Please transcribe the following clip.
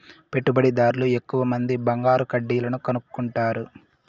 పెట్టుబడిదార్లు ఎక్కువమంది బంగారు కడ్డీలను కొనుక్కుంటారు